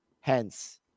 hence